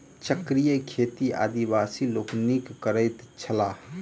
चक्रीय खेती आदिवासी लोकनि करैत छलाह